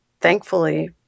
thankfully